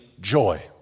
joy